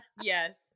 Yes